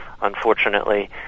unfortunately